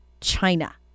China